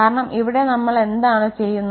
കാരണം ഇവിടെ നമ്മൾ എന്താണ് ചെയ്യുന്നത്